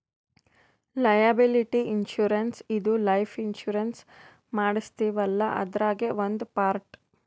liability insurance ಇದು life insurance ಮಾಡಸ್ತೀವಲ್ಲ ಅದ್ರಾಗೇ ಒಂದ್ ಪಾರ್ಟ್